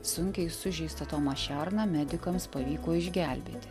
sunkiai sužeistą tomą šerną medikams pavyko išgelbėti